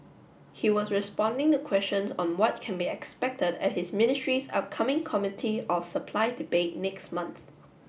he was responding the questions on what can be expected at his ministry's upcoming Committee of Supply debate next month